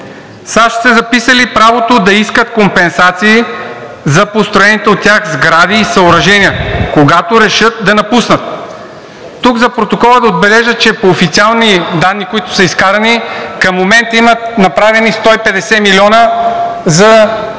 САЩ са записали правото да искат компенсации за построените от тях сгради и съоръжения, когато решат да напуснат.“ Тук за протокола да отбележа, че по официални данни, които са изкарани, към момента имат направени 150 милиона за